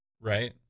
right